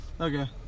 Okay